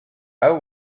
how